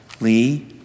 Lee